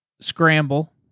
scramble